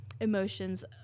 emotions